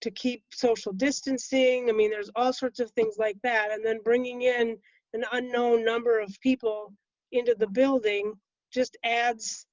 to keep social distancing, i mean, there's all sorts of things like that. and then bringing in an unknown number of people into the building just adds